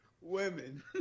Women